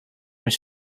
his